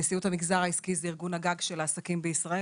נשיאות המגזר העסקי זה ארגון הגג של העסקים בישראל